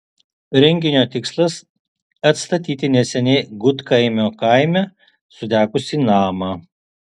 renginio tikslas atstatyti neseniai gudkaimio kaime sudegusį namą